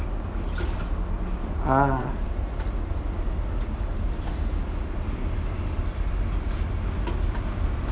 ah